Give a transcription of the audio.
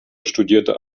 studierte